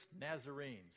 Nazarenes